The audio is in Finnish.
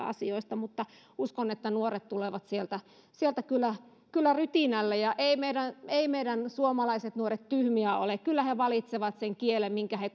asioista mutta uskon että nuoret tulevat sieltä sieltä kyllä kyllä rytinällä eivät meidän suomalaiset nuoret tyhmiä ole kyllä he valitsevat sen kielen minkä he